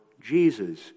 Jesus